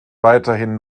weiterhin